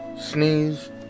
sneeze